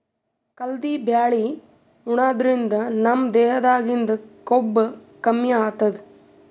ಕಲ್ದಿ ಬ್ಯಾಳಿ ಉಣಾದ್ರಿನ್ದ ನಮ್ ದೇಹದಾಗಿಂದ್ ಕೊಬ್ಬ ಕಮ್ಮಿ ಆತದ್